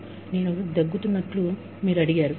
నేను సెషన్ మధ్యలో దగ్గుతున్నట్లు మీరు అడిగారు